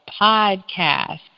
podcast